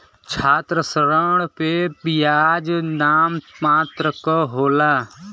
छात्र ऋण पे बियाज नाम मात्र क होला